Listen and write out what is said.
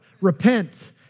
Repent